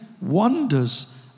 wonders